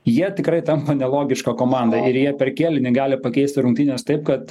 jie tikrai tampa nelogiška komanda ir jie per kėlinį gali pakeisti rungtynes taip kad